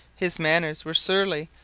his manners were surly,